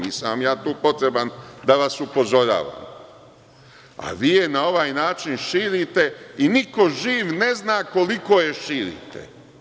Nisam vam ja potreban da vas upozoravam, a vi je na ovaj način širite i niko živ ne zna koliko je širite.